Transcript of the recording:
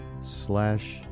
slash